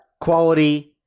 quality